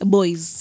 Boys